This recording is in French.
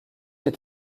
est